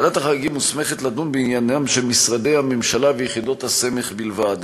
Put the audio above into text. ועדת החריגים מוסמכת לדון בעניינם של משרדי הממשלה ויחידות הסמך בלבד,